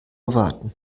erwarten